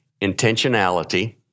Intentionality